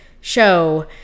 show